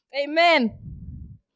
Amen